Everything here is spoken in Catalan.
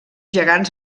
gegants